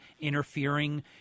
interfering